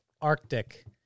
Arctic